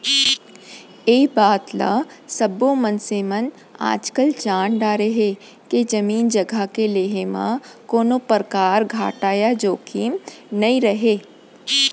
ए बात ल सब्बो मनसे मन आजकाल जान डारे हें के जमीन जघा के लेहे म कोनों परकार घाटा या जोखिम नइ रहय